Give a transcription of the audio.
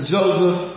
Joseph